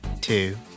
two